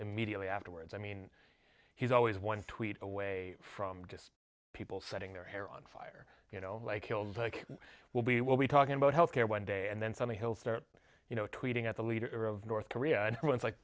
immediately afterwards i mean he's always one tweet away from just people setting their hair on fire you know like hills like will be will be talking about health care one day and then something he'll start you know tweeting at the leader of north korea and everyone's like